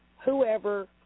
whoever